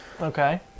Okay